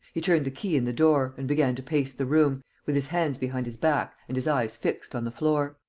he turned the key in the door and began to pace the room, with his hands behind his back and his eyes fixed on the floor.